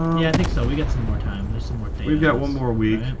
yeah i think so we get some more time this somewhat that we've got one more week.